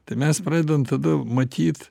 tai mes pradent tada matyt